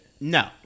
No